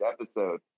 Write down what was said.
episode